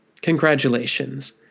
congratulations